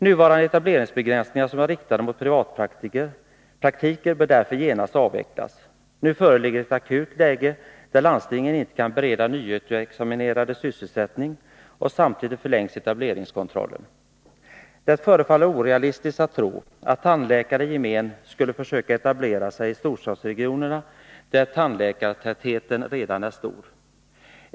Nuvarande etableringsbegränsningar som är riktade mot privatpraktiker bör därför genast avvecklas. Nu föreligger ett akut läge, där landstingen inte kan bereda nyutexaminerade sysselsättning, och samtidigt förlängs etableringskontrollen. Det förefaller orealistiskt att tro att tandläkare i gemen skulle försöka etablera sig i storstadsregionerna, där tandläkartätheten redan är stor.